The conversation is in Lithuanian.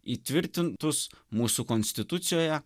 įtvirtintus mūsų konstitucijoje